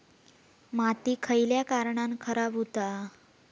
माती खयल्या कारणान खराब हुता?